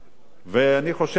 אני חושב, היום,